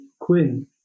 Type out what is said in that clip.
Quinn